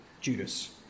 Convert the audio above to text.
Judas